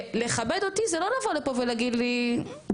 ולכבד אותי זה לא לבוא ולהגיד לי לא,